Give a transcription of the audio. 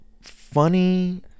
funny